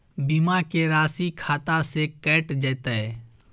बीमा के राशि खाता से कैट जेतै?